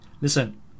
Listen